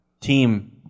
team